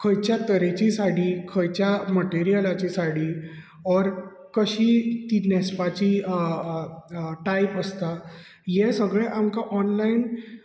खंयच्या तरेची साडी खंयच्या मटेरियलाची साडी ऑर कशीं ती न्हेसपाच टायप आसता हें सगळे आमकां ऑनलायन